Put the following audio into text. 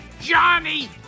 Johnny